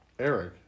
Eric